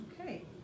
Okay